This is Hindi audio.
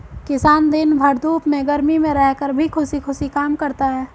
किसान दिन भर धूप में गर्मी में रहकर भी खुशी खुशी काम करता है